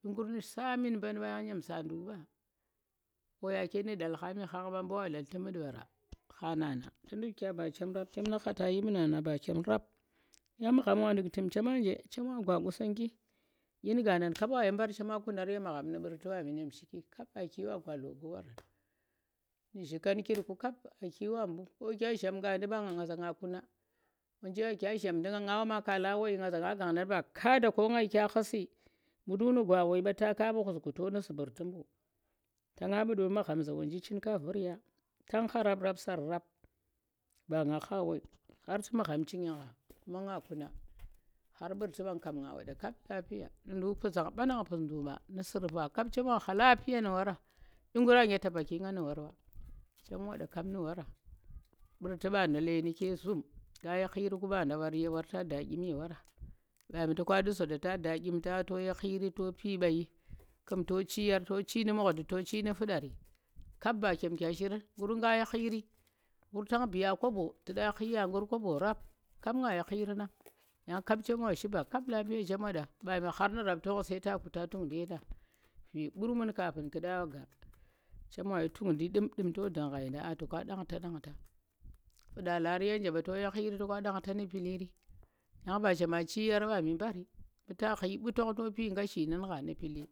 ɗyi nggur nu̱ sa min mɓan mɓa yana ɗyem sa ndu̱k ɓa wayang ke nu̱ ndal kha mi khag ɓa mu̱ wa nda tu̱ mu̱t wara kha nana, tu̱ ndu̱k kya ba chem rap chem nu̱ khaata yii mɓu nana ba chem ra yang magham wa nɗu̱k tu̱m chema nje chem wa gwa Qusonggi nɗu̱k nu̱ nggadang kap wa shi mɓar chema kanar ye magham mu̱ mɓurti ɓarem ɗyem shiki kap aa ki wa gwa loba ɓarang nu̱ zhikankirku kap aaki ka kya zham kanɗi mɓa nga nga za nga kuna wonji a nja zhamndi nga nga wa ma kala woi nga za nga gangdang ba kada ka nga yi kya khu̱si mu ndu̱k nu̱ gwa woi ɓa ya kha wu khusku to nu̱ su̱mburti mɓu̱ ta nga ɓa ɗa magham za wanji chin ka vu̱r ya tang kha rap, rap, sar rap, ba nga kha woi khaar tu̱ magham ching ya gha kuma nga kuna khar mɓu̱rti ɓang kam nga wanɗa kap lapiya nu̱ ndu̱k mpu̱zhang ɓa, nang mpu̱zh ndu̱k ɓa nu̱ su̱rva kap chem wa kha lapiya nu̱ wora ɗyi kura nje nu̱ taba ki nga nu̱ wor ɓa chem wanɗa kap nu̱ wora mɓu̱rti ɓamu leeni kye zhum to yi khiriku mɓ nda ye wora ta daa ɗyim ye wora mɓani toka nɗu̱ zoonɗa to daa ɗyim ta wa to yi khiri to pii mɓayi ku̱m to chi yuaar to chi nu̱ mu̱ngdi, to chi nu̱ fu̱dari kap ba chem kya shirang ƙu̱r nga yi khiri nggu̱r tang biya kobo tu̱ nɗa khi ya kur kobo rap kap nga yi khiri nan gyang kap kap nga yi khirinang yang kap ba chem wa shi ba kap chem wanda mɓani khaar nu̱ raptu̱ ɓa sai ta kuuta tu̱ngndi ye da vi gurmun kafin ku nɗa mba nggar chem wa yi tu̱ngndi nɗu̱m ndɗu̱m to ndu̱ng gha ye nda aa toka nɗangta, nɗangta, fu̱nɗa lariye nje to yi khir toka nɗangta nu̱ piliri yang ba chema shi yaar mɓami mɓaari mu to khi mɓu̱ tangh to pi ƙhazi nu̱n gha nu̱ pili